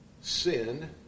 Sin